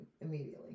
immediately